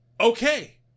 okay